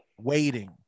Waiting